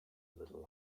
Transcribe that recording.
little